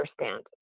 understand